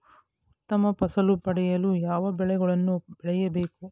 ಉತ್ತಮ ಫಸಲು ಪಡೆಯಲು ಯಾವ ಬೆಳೆಗಳನ್ನು ಬೆಳೆಯಬೇಕು?